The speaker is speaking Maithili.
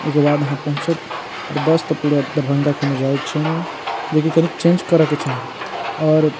एहिके बाद अहाँ पहुँचब आ बस तऽ पूरा दरभंगा कोनो जाइत छै नहि जे कि कनि चेंज करैके चाही आओर